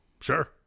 Sure